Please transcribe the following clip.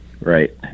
right